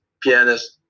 pianist